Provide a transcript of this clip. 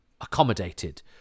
accommodated